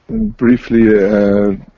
briefly